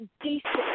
decent